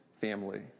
family